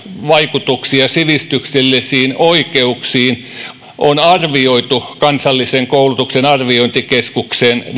vaikutuksia sivistyksellisiin oikeuksiin on arvioitu kansallisen koulutuksen arviointikeskuksen